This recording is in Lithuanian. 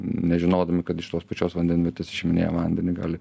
nežinodami kad iš tos pačios vandenvietės išiminėja vandenį gali